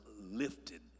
lifted